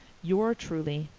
yours truly,